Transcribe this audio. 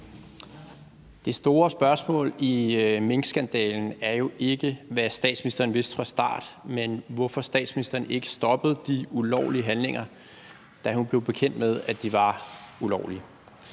Det store spørgsmål i minkskandalen er jo ikke, hvad statsministeren vidste fra start, men hvorfor statsministeren ikke stoppede de ulovlige handlinger, da hun blev bekendt med, at de var ulovlige.